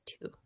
two